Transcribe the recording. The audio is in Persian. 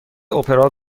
اپرا